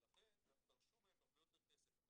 ולכן דרשו מהם הרבה יותר כסף.